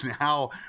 now